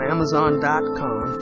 Amazon.com